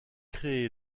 créé